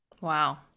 Wow